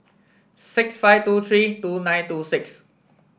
six five two three two nine two six